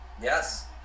yes